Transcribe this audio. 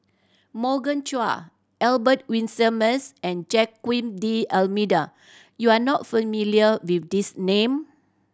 Morgan Chua Albert Winsemius and Joaquim D'Almeida you are not familiar with these name